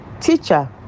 Teacher